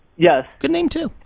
yes. good name too,